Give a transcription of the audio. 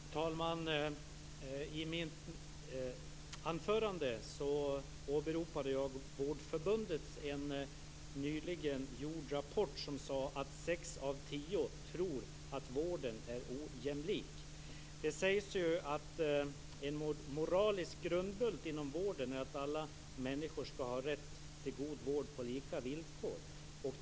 Fru talman! I mitt huvudanförande åberopade jag en av Vårdförbundet nyligen sammanställd rapport. Där sägs det att sex av tio tror att vården är ojämlik. En moralisk grundbult inom vården sägs ju vara att alla människor skall ha rätt till god vård på lika villkor.